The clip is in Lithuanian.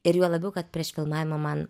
ir juo labiau kad prieš filmavimą man